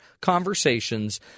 conversations